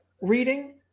reading